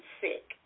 sick